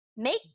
Make